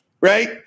right